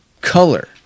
color